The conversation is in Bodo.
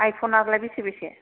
आइफन नालाय बेसे बेसे